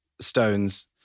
stones